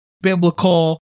biblical